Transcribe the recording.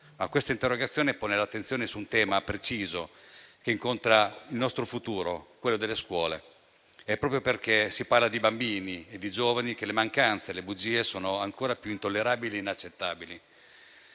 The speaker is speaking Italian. Questa interrogazione pone l'attenzione su un tema preciso, che incontra il nostro futuro: quello delle scuole. È proprio perché si parla di bambini e di giovani che le mancanze e le bugie sono ancora più intollerabili e inaccettabili.